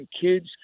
kids